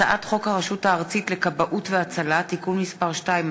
מטעם הכנסת: הצעת חוק הרשות הארצית לכבאות והצלה (תיקון מס' 2),